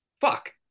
fuck